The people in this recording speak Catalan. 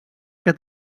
que